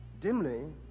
dimly